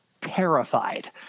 terrified